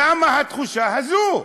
למה התחושה הזאת?